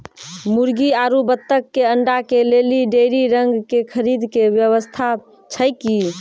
मुर्गी आरु बत्तक के अंडा के लेली डेयरी रंग के खरीद के व्यवस्था छै कि?